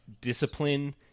discipline